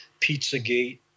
Pizzagate